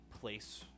place